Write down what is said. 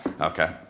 Okay